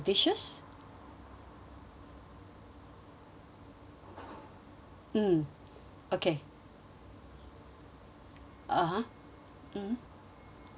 mm okay (uh huh) mm